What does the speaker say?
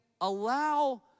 allow